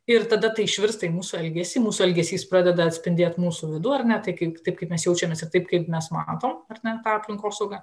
ir tada tai išvirsta į mūsų elgesį mūsų elgesys pradeda atspindėt mūsų vidų ar ne taip kaip mes jaučiamės ir taip kaip mes matom ar ne tą aplinkosaugą